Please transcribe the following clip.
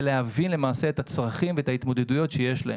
להבין למעשה את הצרכים וההתמודדויות שיש להם.